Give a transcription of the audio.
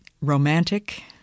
romantic